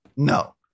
No